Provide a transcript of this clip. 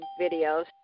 videos